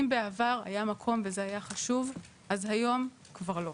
אם בעבר היה מקום וזה היה חשוב, אז היום כבר לא.